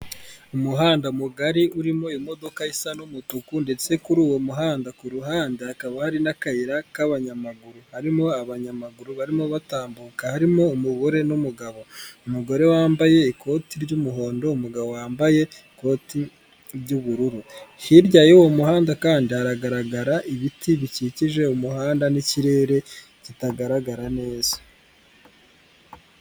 Umuhanda mugari urimo imodoka isa n'umutuku ndetse kuri uwo muhanda ku ruhande hakaba hari n'akayira k'abanyamaguru harimo abanyamaguru barimo batambuka harimo umugore n'umugabo ,umugore wambaye ikoti ry'umuhondo umugabo wambaye ikoti ry'ubururu hirya y'uwo muhanda kandi hagaragara ibiti bikikije umuhanda n'ikirere kitagaragara neza .